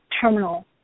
terminal